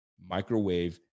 microwave